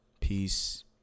peace